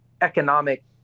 economic